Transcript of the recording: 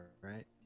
right